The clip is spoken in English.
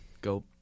Go